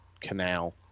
canal